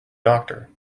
doctor